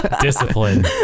Discipline